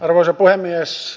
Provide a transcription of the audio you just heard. arvoisa puhemies